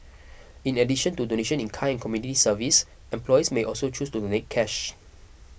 in addition to donation in kind community service employees may also choose to donate cash